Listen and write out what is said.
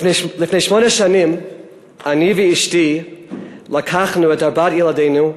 לפני שמונה שנים אני ואשתי לקחנו את ארבעת ילדינו,